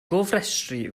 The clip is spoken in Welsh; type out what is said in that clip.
gofrestru